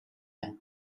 байна